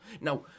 now